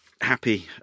happy